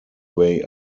way